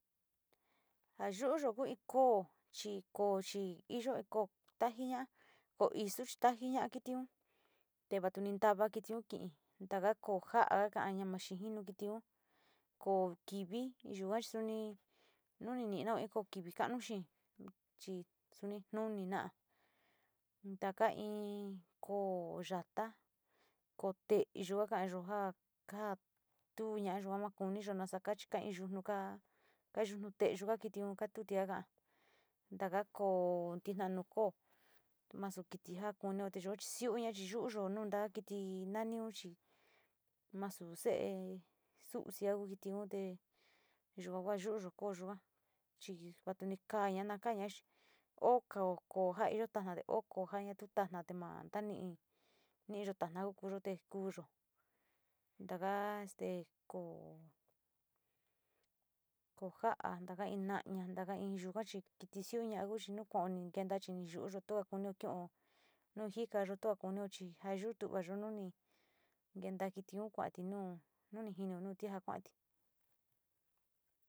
Nja'a yú'u yó ko'ó chí ko'ó chí iyó ko'ó tanjíña, ko'ó ixú tanjiña kitión teva'a tunin tava'a kitionkin ndava ko'ó njá kaña maxhinjino kitión, ko'o kiví yuu axuní nuu nii nino iko kivi kanuxhin chi xuni nuni na'á ndaka iin ko'ó yatá ko'ó téyuu ya'a ka'an yo'ó njá, ka'á tuña'a yuanjan ma'a koñii naxakaxhi kain yunuu ka'a, kayuu nuu teyuu ka'a kiteon ka'a tuu tianga ndaka'a ko'ó tina nuu ko'ó maxtiki njan kuno teyo'o xiuña chiyuyo no'o nra kiti nanió chi maxuu xée xuxinguo kiti o'té yuu ngua yuyo koyóa chi kuate nikaña nakañaxi ho kao ko'ó njaiyo tanjade o ko'ó njaiyo tanjade ho ko'ó njaña tutana tema'a taniín, niyó tanau kuyote kuyó ndanga este ko'ó, ko'ó nja'a njainaña ndaka iin yunga chí kiti xhiuña nguxhi niukoni kenda chi ni yuyuu toka'a konio kion nuu njikayu to'okonio chi njayutu nja yuu noni yenda kition kuanti nu'o noni njinio nuteajan kuanti.